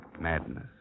madness